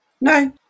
No